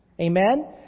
Amen